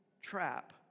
trap